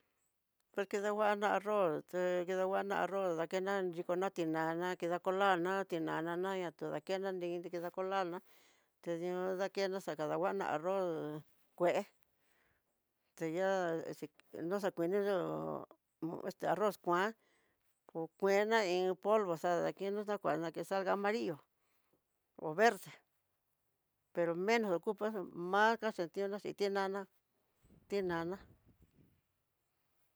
Por kedanguana arroz, te keda nguana arroz, dakena xhikona tinana kida colarná tinana ná n atoyakena nrii kida colarná te di'ó dakena xa kadanguana arroz, keya exe naxakuini este arroz kuankó kuena iin polvo xadakina kuana que salga amarrillo, o verde pero menos ocupa eso más gaxtitiona xhin tinana, tinana.